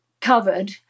covered